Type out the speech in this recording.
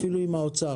אפילו עם האוצר.